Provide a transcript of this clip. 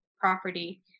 property